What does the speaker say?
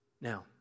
Now